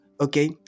okay